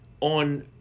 on